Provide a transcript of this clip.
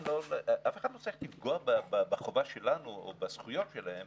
אף אחד לא צריך לפגוע בחובה שלנו או בזכויות שלהם